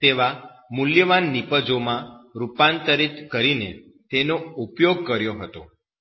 તેને મૂલ્યવાન નિપજો માં રૂપાંતરિત કરીને તેનો ઉપયોગ કર્યો હતો